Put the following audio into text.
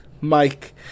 Mike